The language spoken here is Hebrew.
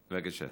בבקשה.